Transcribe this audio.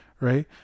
Right